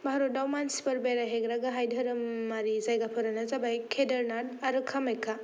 भारतआव मानसिफोर बेरायहैग्रा गाहाय धोरोमआरि जाइगाफोरानो जाबाय केदार्नाथ आरो कामाइख्या